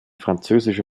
französische